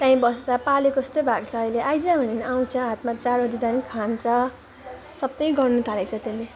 त्यहीँ बस्छ पालेको जस्तै भएको छ अहिले आइज भन्यो भने आउँछ हातमा चारो दिँदा नि खान्छ सबै गर्नु थालेको छ त्यसले